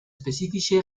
spezifische